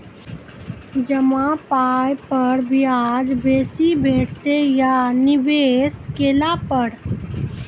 जमा पाय पर ब्याज बेसी भेटतै या निवेश केला पर?